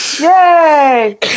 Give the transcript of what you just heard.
Yay